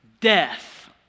death